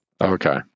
okay